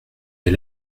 ait